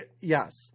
Yes